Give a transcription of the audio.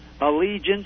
Allegiance